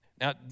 Now